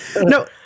No